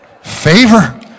Favor